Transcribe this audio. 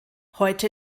heute